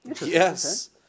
Yes